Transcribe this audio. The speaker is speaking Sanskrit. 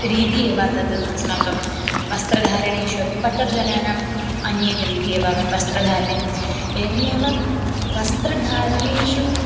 रीतिः एव तद् अस्माकं वस्त्रधारणेषु अपि पट्टर् जनानाम् अन्या एका रीतिः एव वस्त्रधारणे एवमेव वस्त्रधारणेषु